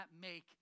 make